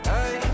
Hey